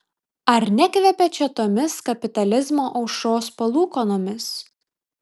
ar nekvepia čia tomis kapitalizmo aušros palūkanomis